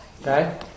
Okay